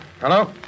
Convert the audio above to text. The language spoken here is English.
Hello